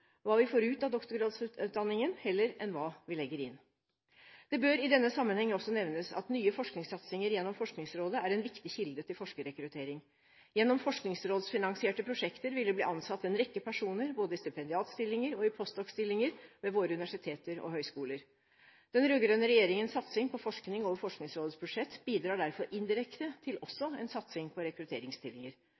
hva vi får ut av doktorgradsutdanningen, heller enn hva vi legger inn. Det bør i denne sammenheng også nevnes at nye forskningssatsinger gjennom Forskningsrådet er en viktig kilde til forskerrekruttering. Gjennom forskningsrådsfinansierte prosjekter vil det bli ansatt en rekke personer både i stipendiatstillinger og i postdokstillinger ved våre universiteter og høyskoler. Den rød-grønne regjeringens satsing på forskning over Forskningsrådets budsjett bidrar derfor indirekte til også en satsing på rekrutteringsstillinger.